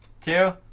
Two